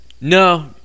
no